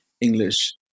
English